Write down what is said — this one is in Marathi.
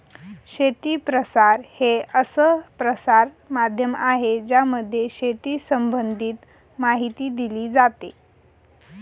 शेती प्रसार हे असं प्रसार माध्यम आहे ज्यामध्ये शेती संबंधित माहिती दिली जाते